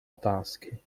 otázky